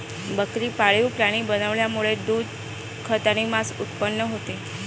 बकरी पाळीव प्राणी बनवण्यामुळे दूध, खत आणि मांस उत्पन्न होते